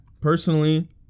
Personally